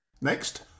Next